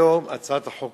הצעת החוק